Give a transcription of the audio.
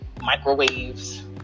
microwaves